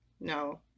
no